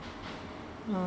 uh